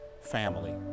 family